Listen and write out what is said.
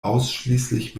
ausschließlich